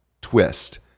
twist